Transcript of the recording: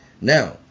now